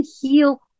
heal